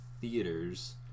theaters